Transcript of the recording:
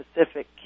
specific